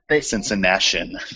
Cincinnati